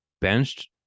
benched